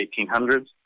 1800s